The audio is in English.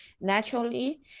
naturally